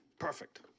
Perfect